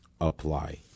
apply